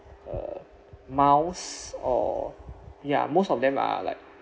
uh miles or ya most of them are like